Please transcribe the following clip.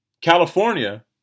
California